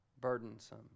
burdensome